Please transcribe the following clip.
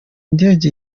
ndege